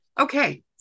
Okay